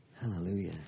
Hallelujah